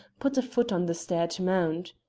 put a foot on the stair to mount.